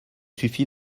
suffit